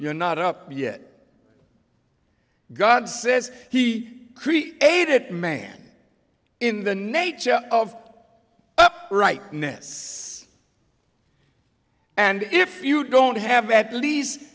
you're not up yet god says he created man in the nature of right ness and if you don't have at least